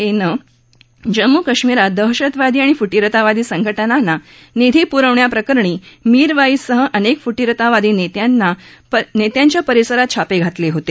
एनं जम्मू कश्मीरात दहशतवादी आणि फुटीरतावादी संघटनांना निधी पुरवण्याप्रकरणी मीर वाईजसह अनेक फुटीरतावादी नेत्यांच्या परिसरात छापे घातले होते